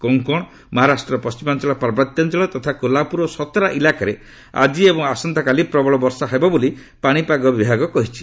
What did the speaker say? କୋଙ୍କଣ ମହାରାଷ୍ଟ୍ର ପଶ୍ଚିମାଞ୍ଚଳ ପାର୍ବତ୍ୟାଞ୍ଚଳ ତଥା କୋଲାପୁର ଓ ସତରା ଇଲାକାରେ ଆଜି ଏବଂ ଆସନ୍ତାକାଲି ପ୍ରବଳ ବର୍ଷା ହେବ ବୋଲି ପାଣିପାଗ ବିଭାଗ କହିଛି